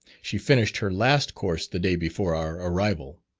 she finished her last course the day before our arrival.